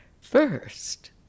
First